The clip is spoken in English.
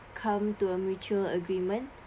come to a mutual agreement